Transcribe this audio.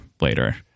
later